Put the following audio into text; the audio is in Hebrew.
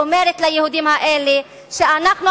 אומרת ליהודים האלה שאנחנו,